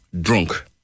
drunk